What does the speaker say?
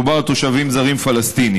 מדובר על תושבים זרים פלסטינים.